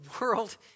world